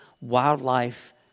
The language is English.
wildlife